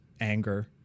anger